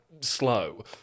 slow